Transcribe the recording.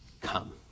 come